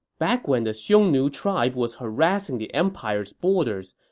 back when the xiongnu tribe was harassing the empire's borders,